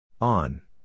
On